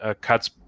cuts